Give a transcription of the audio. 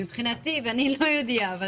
מבחינתי ואני לא יהודייה זה